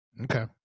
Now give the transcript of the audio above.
okay